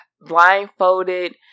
Blindfolded